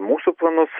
mūsų planus